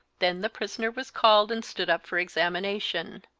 then the prisoner was called and stood up for examination.